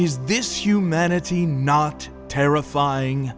is this humanity not terrifying